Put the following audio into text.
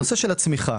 לנושא הצמיחה